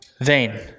vain